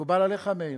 מקובל עליך, מאיר?